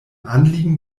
anliegen